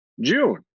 June